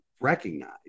recognize